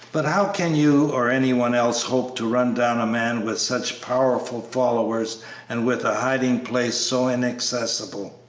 but how can you or any one else hope to run down a man with such powerful followers and with a hiding-place so inaccessible?